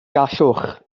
gallwch